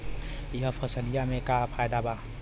यह फसलिया में का फायदा बा?